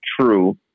true